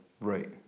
Right